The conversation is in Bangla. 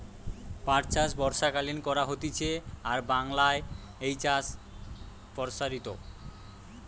পাট চাষ বর্ষাকালীন করা হতিছে আর বাংলায় এই চাষ প্সারিত